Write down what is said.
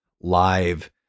live